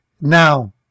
Now